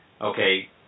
okay